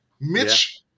Mitch